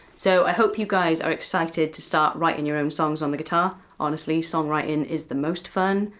so i hope you guys are excited to start writing your own songs on the guitar. honestly, songwriting is the most fun,